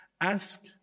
Ask